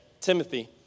Timothy